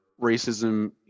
racism